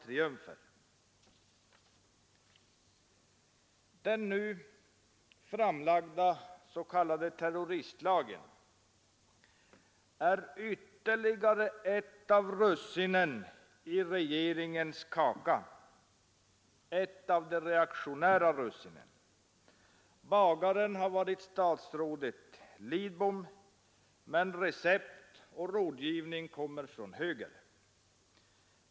våldsdåd med inter Den nu föreslagna s.k. terroristlagen är ytterligare ett av de Mationell bakgrund reaktionära russinen i regeringens kaka. Bagare har varit statsrådet Lidbom, men recept och rådgivning kommer från höger.